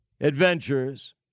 adventures